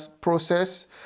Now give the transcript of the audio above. process